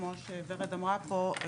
כמו שורד אמרה פה,